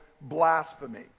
blasphemy